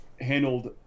handled